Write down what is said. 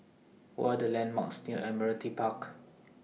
What Are The landmarks near Admiralty Park